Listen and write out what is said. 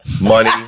money